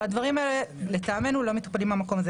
והדברים האלה, לטעמנו, לא מטופלים מהמקום הזה.